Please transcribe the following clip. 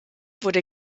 wurde